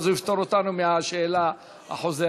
ואז הוא יפטור אותנו מהשאלה החוזרת.